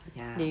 ya